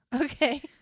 okay